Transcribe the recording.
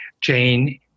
Jane